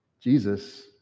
jesus